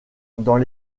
dans